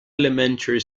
elementary